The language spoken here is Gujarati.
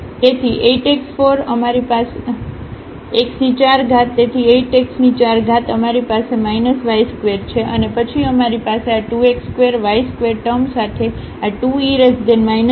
તેથી 8x4 અમારી પાસે y2 છે અને પછી અમારી પાસે આ 2 x2y2ટર્મ સાથે આ 2e x2 4y2છે